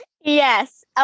Yes